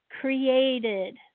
created